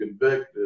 convicted